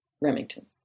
Remington